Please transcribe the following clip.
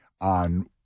on